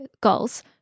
goals